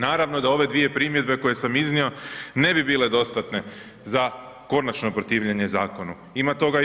Naravno da ove dvije primjedbe koje sam iznio ne bi bile dostatne za konačno protivljenje zakonu, ima toga još.